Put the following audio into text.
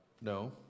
no